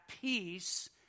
peace